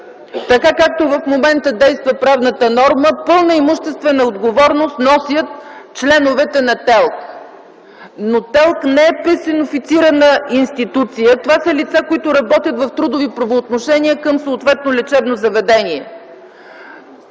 така, както сега действа правната норма, пълна имуществена отговорност носят членовете на ТЕЛК. Но ТЕЛК не е персонифицирана институция. Това са лица, които работят в трудови правоотношения към съответно лечебно заведение.